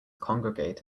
congregate